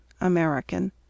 American